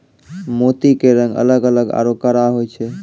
मोती के रंग अलग अलग आरो कड़ा होय छै